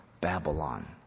Babylon